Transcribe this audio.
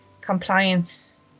compliance